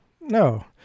no